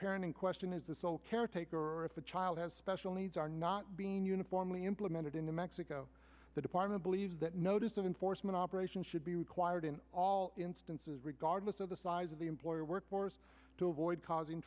parent in question is the sole caretaker or if the child has special needs are not being uniformly implemented in new mexico the department believes that notice of enforcement operation should be required in all instances regardless of the size of the employer workforce to avoid causing